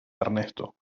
ernesto